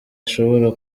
ashobora